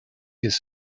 his